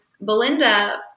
belinda